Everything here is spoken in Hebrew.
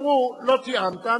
יאמרו: לא תיאמת,